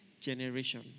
generation